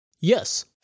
Yes